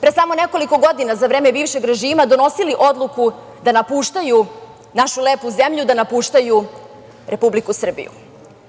pre samo nekoliko godina za vreme bivšeg režima, donosili odluku da napuštaju našu lepu zemlju, da napuštaju Republiku Srbiju. Ja